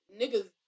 niggas